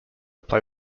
play